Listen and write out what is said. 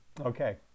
Okay